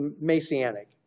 messianic